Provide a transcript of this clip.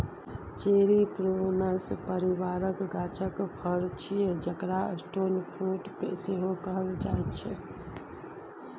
cherry prunus परिबारक गाछक फर छियै जकरा स्टोन फ्रुट सेहो कहल जाइ छै